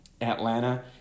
Atlanta